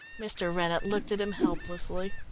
mr. rennett looked at him helplessly.